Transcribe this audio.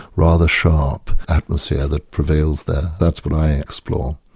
rather sharp atmosphere that prevails there. that's what i explore.